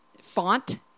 font